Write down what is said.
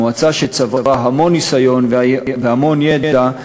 מועצה שצברה המון ניסיון והמון ידע,